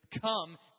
Come